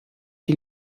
die